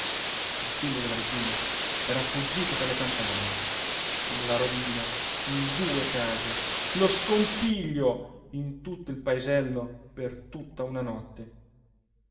il figlio della vicina era fuggito per le campagne la rovina in due case lo scompiglio in tutto il paesello per tutta una notte